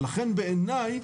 לכן בעיניי,